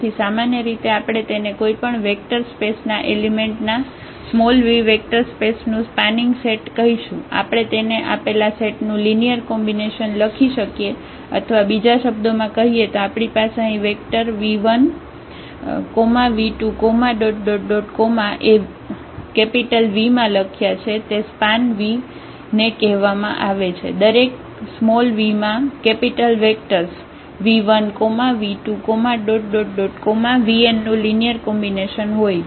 તેથી સામાન્ય રીતે આપણે તેને કોઈ પણ વેક્ટર સ્પેસ ના એલિમેન્ટના v વેક્ટર સ્પેસ નું સ્પાનિંગ સેટ કહીશું આપણે તેને આપેલા સેટ નું લિનિયર કોમ્બિનેશન લખી શકીએ અથવા બીજા શબ્દોમાં કહીએ તો આપણી પાસે અહીં વેક્ટર 𝑣1 𝑣2 એ 𝑉 માં લખ્યાં છે તે સ્પાન V ને કહેવામાં આવે છે દરેક 𝑣 માં 𝑉 વેક્ટર્સ 𝑣1 𝑣2 𝑣𝑛 નું લિનિયર કોમ્બિનેશન હોય